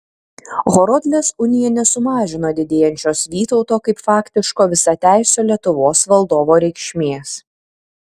horodlės unija nesumažino didėjančios vytauto kaip faktiško visateisio lietuvos valdovo reikšmės